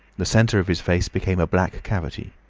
the centre of his face became a black cavity.